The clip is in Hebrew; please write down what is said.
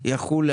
נכון,